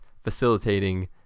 facilitating